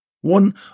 One